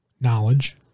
knowledge